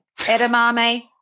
Edamame